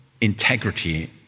integrity